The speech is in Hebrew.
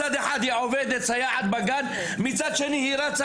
מצד אחד היא סייעת בגן מצד שני היא רצה